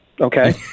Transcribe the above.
Okay